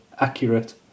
accurate